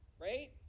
Right